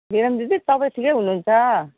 हिरण दिदी तपाईँ ठिकै हुनुहुन्छ